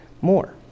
more